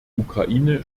ukraine